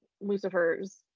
Lucifer's